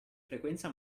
frequenza